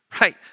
Right